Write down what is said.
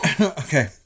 Okay